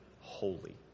holy